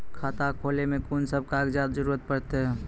खाता खोलै मे कून सब कागजात जरूरत परतै?